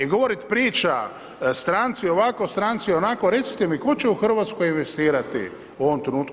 I govoriti priča stranci ovako, stranci onako, recite mi tko će u Hrvatskoj investirati u ovom trenutku?